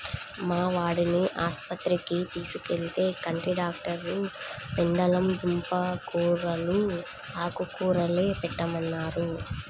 మా వాడిని ఆస్పత్రికి తీసుకెళ్తే, కంటి డాక్టరు పెండలం దుంప కూరలూ, ఆకుకూరలే పెట్టమన్నారు